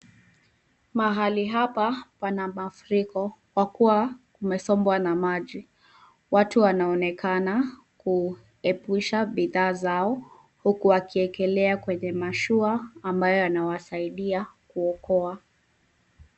Mahali hapa kuna mafuriko kwa kuwa limesombwa na maji. Watu wanaonekana kuepusha bidhaa zao huku wakiekelea kwenye mashua ambayo inawasaidia kuokoa.